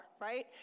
right